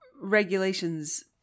regulations